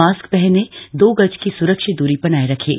mask पहनें दो गज की सुरक्षित दूरी बनाए रखें